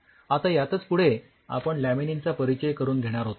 आता यातच पुढे आपण लॅमिनीन चा परिचय करून घेणार होतो